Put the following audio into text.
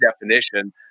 definition